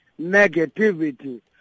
negativity